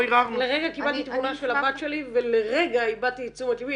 לרגע קיבלתי את --- של הבת שלי ולרגע איבדתי את תשומת לבי